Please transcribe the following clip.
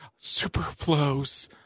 superflows